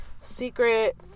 secret